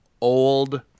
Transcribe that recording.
old